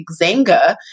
Xanga